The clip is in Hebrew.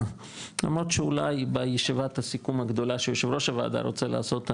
למרות שאולי בישיבת הסיכום הגדולה שיושב ראש הוועדה רוצה לעשות,